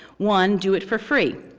one, do it for free.